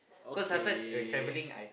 because sometimes you can traveling and